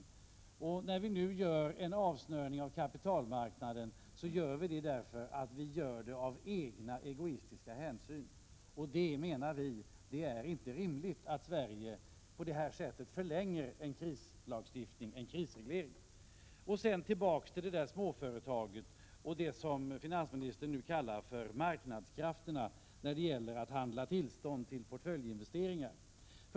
Anledningen till att vi nu gör en avsnörning av kapitalmarknaden är egoistiska hänsyn. Moderaterna menar att det inte är rimligt att Sverige på det här sättet förlänger en krisreglering. Jag kommer så tillbaka till frågan om småföretaget och det som finansministern nu kallar marknadskrafterna när det gäller möjligheten att handla tillstånd till portföljinvesteringar.